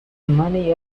money